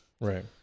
Right